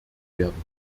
werden